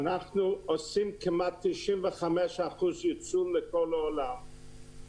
ואנחנו עושים כמעט 95% ייצוא לכל העולם.